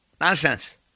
Nonsense